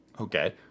Okay